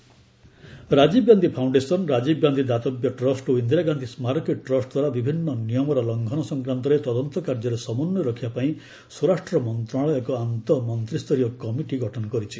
Rajiv Gandhi foundation Rajiv Gandhi foundation Rajiv Gandhi ଦାତବ୍ୟ trust ଓ ଇନ୍ଦିରା ଗାନ୍ଧୀ ସ୍ମାରକୀ ଟ୍ରଷ୍ଟ ଦ୍ୱାରା ବିଭିନ୍ନ ନିୟମର ଲଂଘନ ସଂକ୍ରାନ୍ତରେ ତଦନ୍ତ କାର୍ଯ୍ୟରେ ସମନ୍ୱୟ ରଖିବା ପାଇଁ ସ୍ୱରାଷ୍ଟ୍ର ମନ୍ତ୍ରଣାଳୟ ଏକ ଆନ୍ତଃମନ୍ତ୍ରୀସ୍ତରୀୟ କମିଟି ଗଠନ କରିଛି